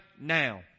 now